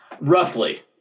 Roughly